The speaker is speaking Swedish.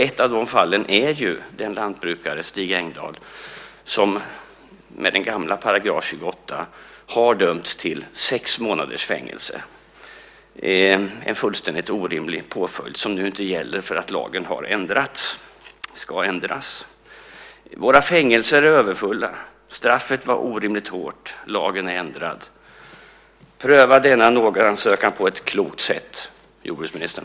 Ett av de fallen är ju den lantbrukare, Stig Engdahl, som med den gamla § 28 har dömts till sex månaders fängelse. Det är en fullständigt orimlig påföljd som nu inte längre gäller eftersom lagen ska ändras. Våra fängelser är överfulla. Straffet var orimligt hårt. Lagen är ändrad. Pröva denna nådeansökan på ett klokt sätt, jordbruksministern!